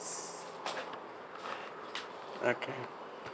okay